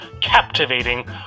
captivating